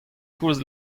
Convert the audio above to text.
koulz